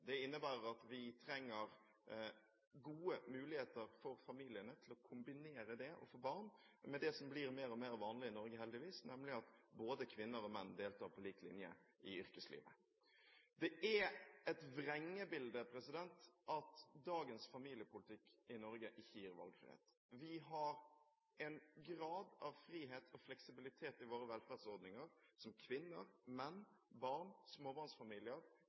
Det innebærer at vi trenger gode muligheter for familiene til å kombinere det å få barn med det som blir mer og mer vanlig i Norge, heldigvis, nemlig at både kvinner og menn deltar på lik linje i yrkeslivet. Det er et vrengebilde at dagens familiepolitikk i Norge ikke gir valgfrihet. Vi har en grad av frihet og fleksibilitet i våre velferdsordninger som kvinner, menn, barn og småbarnsfamilier